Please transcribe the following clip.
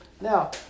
Now